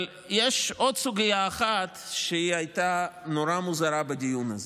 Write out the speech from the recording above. יש עוד סוגיה אחת שהייתה נורא מוזרה בדיון הזה.